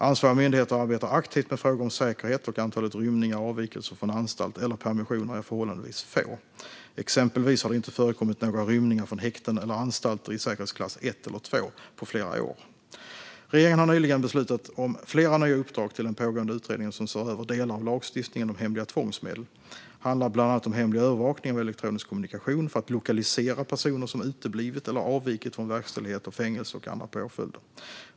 Ansvariga myndigheter arbetar aktivt med frågor om säkerhet, och antalet rymningar och avvikelser från anstalt eller permissioner är förhållandevis litet. Exempelvis har det inte förekommit några rymningar från häkten eller anstalter i säkerhetsklass 1 eller 2 på flera år. Regeringen har nyligen beslutat om flera nya uppdrag till den pågående utredning som ser över delar av lagstiftningen om hemliga tvångsmedel. Det handlar bland annat om hemlig övervakning av elektronisk kommunikation för att lokalisera personer som uteblivit eller avvikit från verkställighet av fängelse och andra påföljder.